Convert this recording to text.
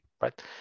right